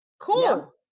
Cool